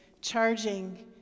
charging